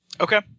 Okay